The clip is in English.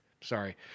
Sorry